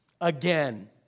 Again